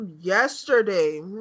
yesterday